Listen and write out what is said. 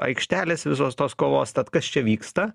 aikštelės visos tos kovos tad kas čia vyksta